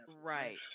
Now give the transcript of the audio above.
right